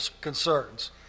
concerns